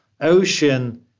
ocean